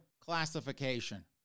classification